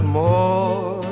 more